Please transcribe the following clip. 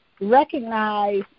recognize